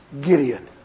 Gideon